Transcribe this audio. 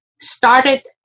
started